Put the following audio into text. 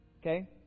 Okay